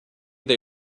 they